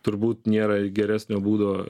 turbūt nėra geresnio būdo